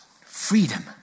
Freedom